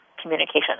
communication